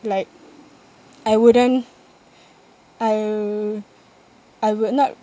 like I wouldn't I I would not